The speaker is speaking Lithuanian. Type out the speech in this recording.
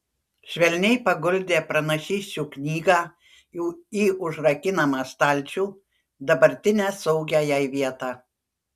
švelniai paguldė pranašysčių knygą į užrakinamą stalčių dabartinę saugią jai vietą